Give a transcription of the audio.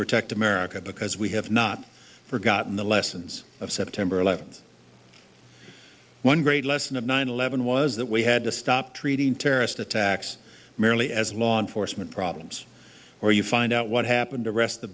protect america because we have not forgotten the lessons of september eleventh one great lesson of nine eleven was that we had to stop treating terrorist attacks merely as law enforcement problems or you find out what happened to arrest the